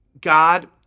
God